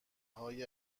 های